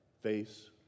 face